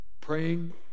praying